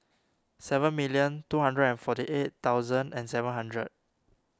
seven million two hundred and forty eight thousand and seven hundred